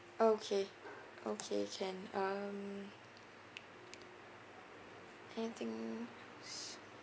okay okay can um anything